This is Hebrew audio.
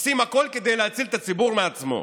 עושים הכול כדי להציל את הציבור מעצמו.